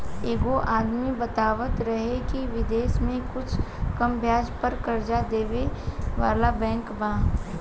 एगो आदमी बतावत रहे की बिदेश में कुछ कम ब्याज पर कर्जा देबे वाला बैंक बा